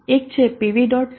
એક છે pv